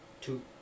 Two